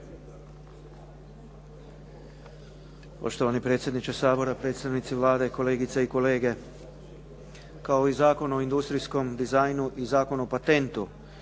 Poštovani predsjedniče Sabora, predstavnici Vlade, kolegice i kolege. Kao i Zakon o industrijskom dizajnu i Zakon o patentu